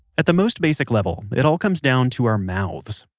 at the most basic level it all comes down to our mouths.